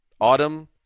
Autumn